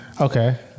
Okay